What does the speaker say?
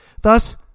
Thus